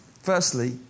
Firstly